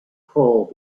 crawl